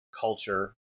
culture